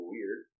Weird